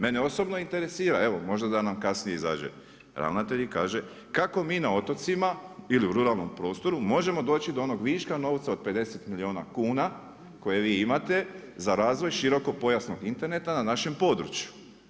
Mene osobno interesira, evo možda da nam kasnije izađe ravnatelj i kaže kako mi na otocima ili u ruralnom prostoru, možemo doći do onog viška novca od 50 milijuna kuna, koje vi imate za razvoj širokog pojasnog interneta na našem području.